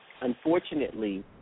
unfortunately